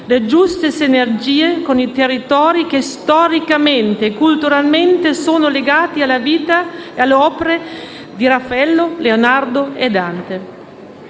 le giuste sinergie con i territori che storicamente e culturalmente sono legati alla vita e alle opere di Raffaello, Leonardo e Dante.